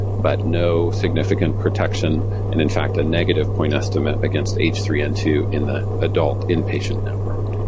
but no significant protection, and in fact a negative point estimate against h three n two in the adult inpatient network.